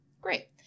Great